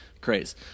craze